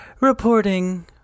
reporting